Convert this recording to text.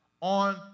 on